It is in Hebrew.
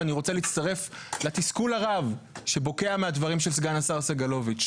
ואני רוצה להצטרף לתסכול הרב שבוקע מהדברים של סגן השר סגלוביץ'.